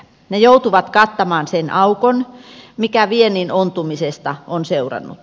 ne joutuvat kattamaan sen aukon mikä viennin ontumisesta on seurannut